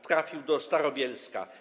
Trafił do Starobielska.